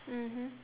mmhmm